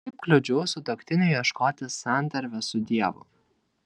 kaip kliudžiau sutuoktiniui ieškoti santarvės su dievu